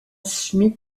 schmid